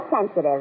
sensitive